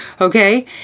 Okay